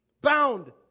Bound